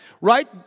Right